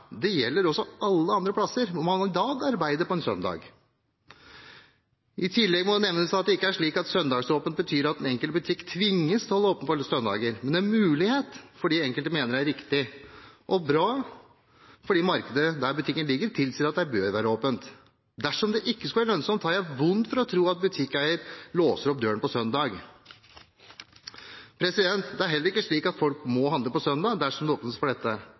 Det gjelder også alle andre steder hvor man i dag arbeider på en søndag. I tillegg må det nevnes at det ikke er slik at søndagsåpent betyr at den enkelte butikk tvinges til å holde åpent på søndager, men det er en mulighet, bl.a. fordi enkelte mener det er riktig og bra, og fordi markedet der butikken ligger, tilsier at det bør være åpent. Dersom det ikke skulle være lønnsomt, har jeg vondt for å tro at butikkeier låser opp døren på en søndag. Det er heller ikke slik at folk må handle på søndag dersom det åpnes opp for dette.